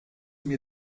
mir